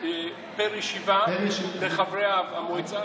פר ישיבה לחברי המועצה,